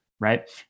right